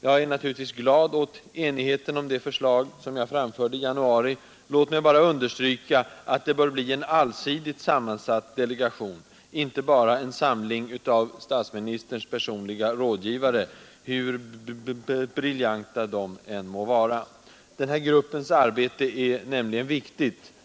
Jag är naturligtvis glad åt , enigheten om det förslag som jag framförde i januari; låt mig bara understryka att det bör bli en allsidigt sammansatt delegation och inte bara en samling av statsministerns personliga rådgivare, hur briljanta de än må vara. Gruppens arbete är nämligen viktigt.